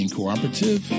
Cooperative